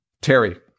Terry